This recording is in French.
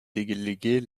délégués